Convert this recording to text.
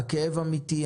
הכאב אמיתי,